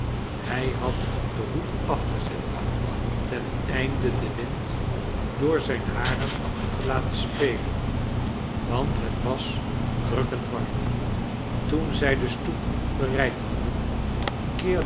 hij had den hoed afgezet ten einde den wind door zijn haren te lateu spelen want het was drukkend warm toen zij de stoep bereikt hadden